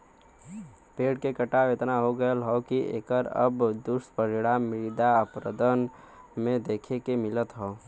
पेड़ के कटाव एतना हो गयल हौ की एकर अब दुष्परिणाम मृदा अपरदन में देखे के मिलत हौ